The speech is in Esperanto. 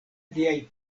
liaj